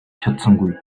чадсангүй